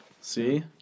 See